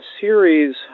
series